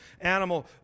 animal